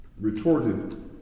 retorted